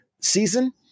season